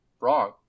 wrong